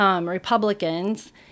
Republicans